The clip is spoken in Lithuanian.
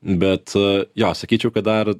bet jo sakyčiau kad dar